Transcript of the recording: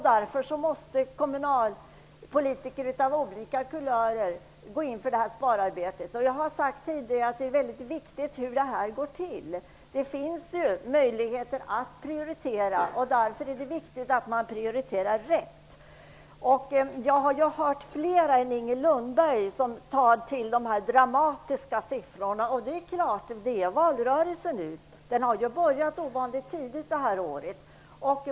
Därför måste kommunalpolitiker av olika kulörer gå in för detta spararbete. Jag har tidigare sagt att det är mycket viktigt hur detta arbete går till. Det finns möjligheter att prioritera. Det är därför viktigt att man prioriterar rätt. Jag har hört fler än Inger Lundberg som tar till dessa dramatiska siffror. Det är ju valrörelse nu. Den har börjat ovanligt tidigt detta år.